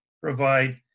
provide